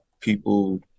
people